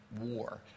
war